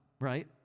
right